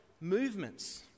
movements